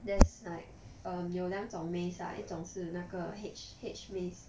there's like a 有两种 maze lah 一种是那个 H H maze